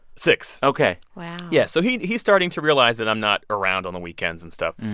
six ok wow yeah. so he's he's starting to realize that i'm not around on the weekends and stuff.